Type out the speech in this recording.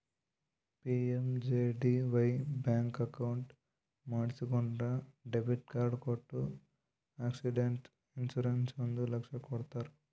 PMJDY bank account ಮಾಡಿಸಿಕೊಂಡ್ರ debit card ಕೊಟ್ಟು accident insurance ಒಂದ್ ಲಕ್ಷ ಕೊಡ್ತಾರ್